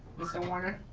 mr. warner?